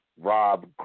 Rob